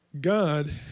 God